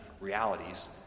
realities